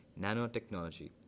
nanotechnology